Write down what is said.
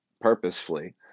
purposefully